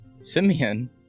Simeon